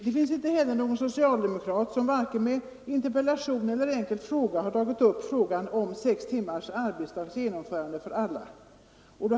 Det finns inte heller någon socialdemokrat som i vare sig interpellation eller enkel fråga har tagit upp spörsmålet om genomförande av sex timmars arbetsdag för alla. Med enbart debatt genomför vi inga reformer.